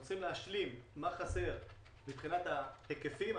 אנחנו צריכים להשלים מה חסר מבחינת ההיקפים,